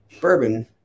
Bourbon